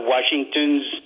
Washington's